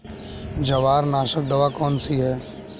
जवार नाशक दवा कौन सी है?